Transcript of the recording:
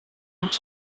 tous